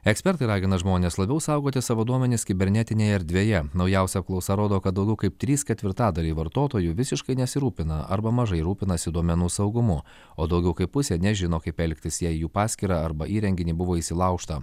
ekspertai ragina žmones labiau saugoti savo duomenis kibernetinėje erdvėje naujausia apklausa rodo kad daugiau kaip trys ketvirtadaliai vartotojų visiškai nesirūpina arba mažai rūpinasi duomenų saugumu o daugiau kaip pusė nežino kaip elgtis jei į jų paskyrą arba įrenginį buvo įsilaužta